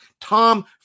Tom